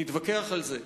נתווכח על זה,